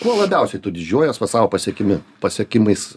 kuo labiausiai didžiuojies va savo pasiekimu pasiekimais